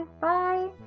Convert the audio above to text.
Bye